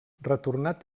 retornat